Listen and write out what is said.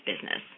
business